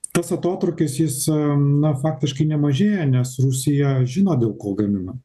tas atotrūkis jis na faktiškai nemažėja nes rusija žino dėl ko gamina